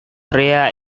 pria